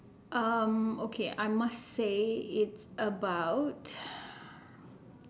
um okay I must say it's about